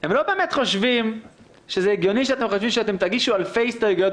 הם לא באמת חושבים שזה הגיוני שאתם חושבים תגישו אלפי הסתייגויות,